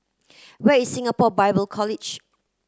where is Singapore Bible College